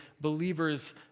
believers